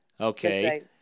Okay